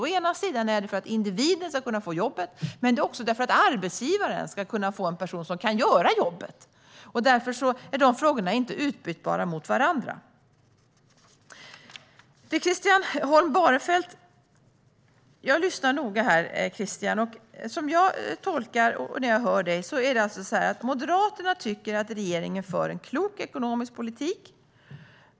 Å ena sidan handlar det om att individen ska kunna få jobbet, å andra sidan handlar det om att arbetsgivaren ska få en person som kan göra jobbet. Därför är dessa frågor inte utbytbara mot varandra. Jag lyssnade noga, Christian Holm Barenfeld, och tolkar det som att Moderaterna tycker att regeringen för en klok ekonomisk politik.